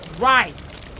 rice